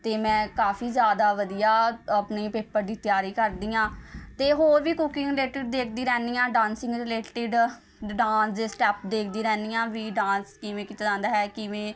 ਅਤੇ ਮੈਂ ਕਾਫੀ ਜ਼ਾਿਆਦਾ ਵਧੀਆ ਆਪਣੇ ਪੇਪਰ ਦੀ ਤਿਆਰੀ ਕਰਦੀ ਹਾਂ ਅਤੇ ਹੋਰ ਵੀ ਕੂਕਿੰਗ ਰਿਲੇਟਿਡ ਦੇਖਦੀ ਰਹਿੰਦੀ ਹਾਂ ਡਾਂਸਿੰਗ ਰਿਲੇਟਿਡ ਡਾਂਸ ਦੇ ਸਟੈਪ ਦੇਖਦੀ ਰਹਿੰਦੀ ਹਾਂ ਵੀ ਡਾਂਸ ਕਿਵੇਂ ਕੀਤਾ ਜਾਂਦਾ ਹੈ ਕਿਵੇਂ